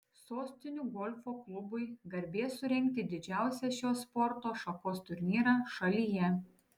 sostinių golfo klubui garbė surengti didžiausią šios sporto šakos turnyrą šalyje